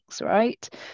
Right